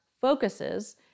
focuses